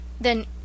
Then